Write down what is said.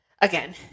again